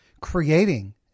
creating